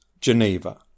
Geneva